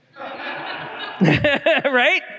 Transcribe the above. Right